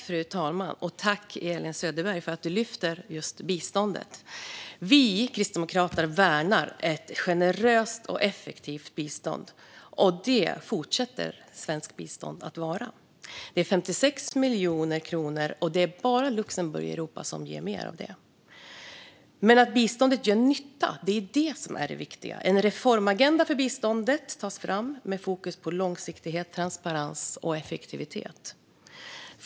Fru talman! Tack för att du lyfter just biståndet, Elin Söderberg! Vi kristdemokrater värnar ett generöst och effektivt bistånd, och det fortsätter svenskt bistånd att vara. Biståndet omfattar 56 miljarder kronor, och i Europa är det bara Luxemburg som ger mer än så. Det är dock att biståndet gör nytta som är det viktiga. En reformagenda för biståndet tas fram med fokus på långsiktighet, transparens och effektivitet.